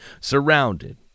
Surrounded